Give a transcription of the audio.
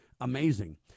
amazing